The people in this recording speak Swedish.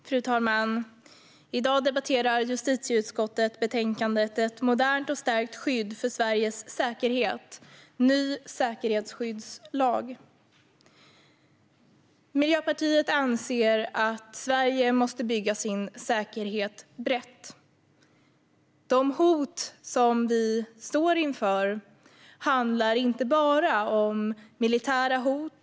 Fru talman! I dag debatterar justitieutskottet betänkandet Ett modernt och stärkt skydd för Sveriges säkerhet - ny säkerhetsskyddslag . Miljöpartiet anser att Sverige måste bygga sin säkerhet brett. De hot som vi står inför är inte bara militära hot.